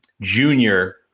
junior